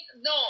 No